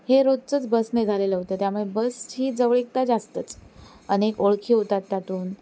हे रोजचंच बसने झालेलं होतं त्यामुळे बसची जवळीकता जास्तच अनेक ओळखी होतात त्यातून